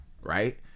Right